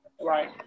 right